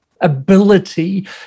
ability